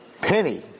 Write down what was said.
Penny